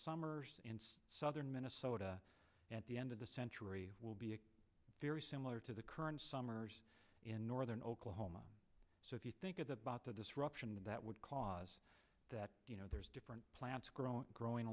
summer in southern minnesota at the end of the century will be very similar to the current summers in northern oklahoma so if you think of about the disruption that would cause that you know there's different plants grow growing